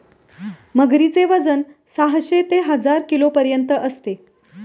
मगरीचे वजन साहशे ते हजार किलोपर्यंत असते